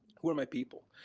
who are my people.